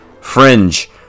Fringe